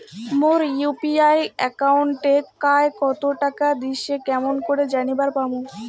মোর UPI একাউন্টে কায় কতো টাকা দিসে কেমন করে জানিবার পামু?